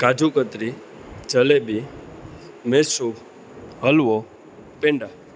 કાજુ કતરી જલેબી મૈસૂર હલવો પેંડા